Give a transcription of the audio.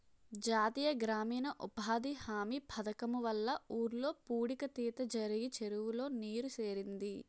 జాతీయ గ్రామీణ ఉపాధి హామీ పధకము వల్ల ఊర్లో పూడిక తీత జరిగి చెరువులో నీరు సేరింది